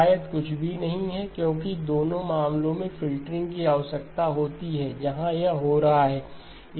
शायद कुछ भी नहीं है क्योंकि दोनों मामलों में फ़िल्टरिंग की आवश्यकता होती है जहां यह हो रहा है